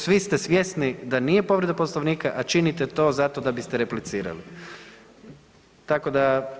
Svi ste svjesni da nije povreda Poslovnika, a činite to da biste replicirali, tako da.